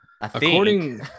According